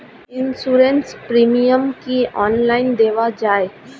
Insurance premium কি online দেওয়া যায়?